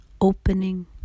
opening